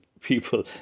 people